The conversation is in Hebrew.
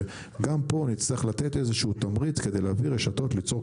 גם פה נצטרך לתת איזשהו תמריץ כדי להביא רשתות ליצור,